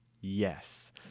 Yes